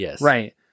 Right